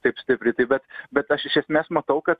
taip stipriai bet bet aš iš esmės matau kad